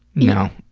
no?